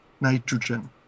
nitrogen